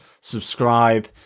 subscribe